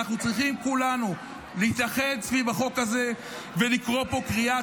אנחנו צריכים כולנו להתאחד סביב החוק הזה ולקרוא פה קריאה.